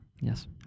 Yes